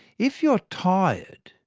if you're tired,